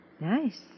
Nice